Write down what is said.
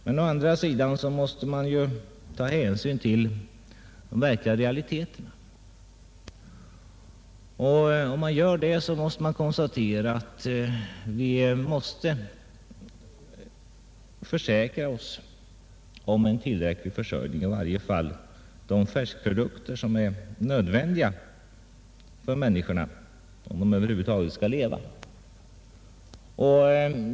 Men å andra sidan måste man ta hänsyn till realiteterna, och om man gör det måste man konstatera att vi är nödsakade att försäkra oss om en tillräcklig försörjning, i varje fall med de färskprodukter som är nödvändiga för människorna, om de över huvud taget skall kunna leva.